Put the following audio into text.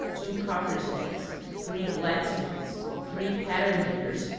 two coppersmiths, three blacksmiths, three pattern-makers,